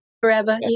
forever